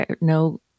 no